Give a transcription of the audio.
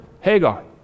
Hagar